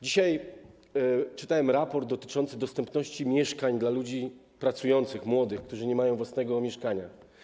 Dzisiaj czytałem raport dotyczący dostępności mieszkań dla ludzi pracujących, młodych, którzy nie mają własnego mieszkania.